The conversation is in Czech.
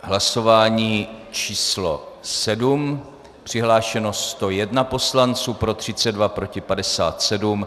Hlasování číslo 7, přihlášeno 101 poslanců, pro 32, proti 57.